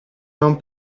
non